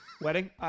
wedding